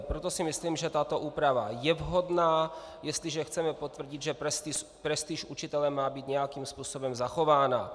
Proto si myslím, že tato úprava je vhodná, jestliže chceme potvrdit, že prestiž učitele má být nějakým způsobem zachována.